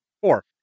Four